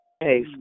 Hey